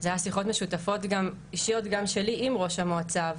זה היה שיחות משותפות אישיות גם שלי עם ראש המועצה.